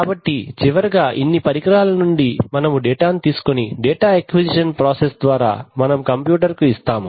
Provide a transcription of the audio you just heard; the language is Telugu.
కాబట్టి చివరగా ఇన్ని పరికరాల నుండి మనము డేటా ను తీసుకొని డేటా అక్విజిషన్ ప్రాసెస్ ద్వారా మనం కంప్యూటర్ కు ఇస్తాము